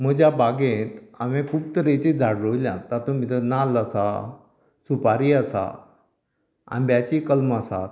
म्हज्या बागेंत हांवेन खूब तरेची झाडां रोयल्यात तातूंत भितर नाल्ल आसा सुपारी आसा आंब्याचीं कलमां आसात